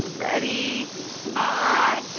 ready ah